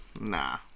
Nah